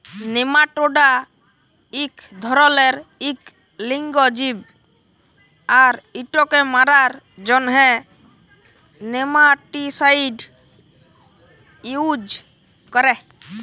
nematoda ইক ধরলের ইক লিঙ্গ জীব আর ইটকে মারার জ্যনহে নেমাটিসাইড ইউজ ক্যরে